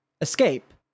escape